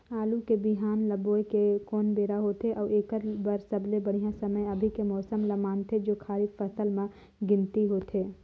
आलू बिहान ल बोये के कोन बेरा होथे अउ एकर बर सबले बढ़िया समय अभी के मौसम ल मानथें जो खरीफ फसल म गिनती होथै?